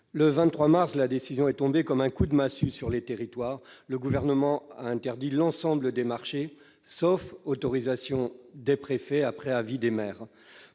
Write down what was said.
Le 23 mars dernier, la décision est tombée comme un coup de massue sur les territoires : le Gouvernement a interdit l'ensemble des marchés, sauf autorisation du préfet accordée après avis du maire.